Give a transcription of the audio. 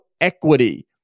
equity